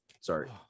Sorry